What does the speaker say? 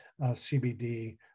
CBD